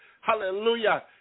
Hallelujah